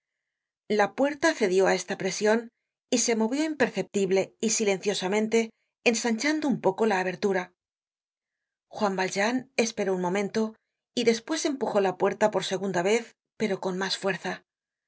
la puerta cedió á esta presion y se movió imperceptible y silenciosamente ensanchando un poco la abertura juan valjean esperó un momento y despues empujó la puerta por segunda vez pero con mas fuerza